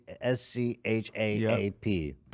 S-C-H-A-A-P